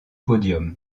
podium